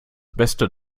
beste